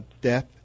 death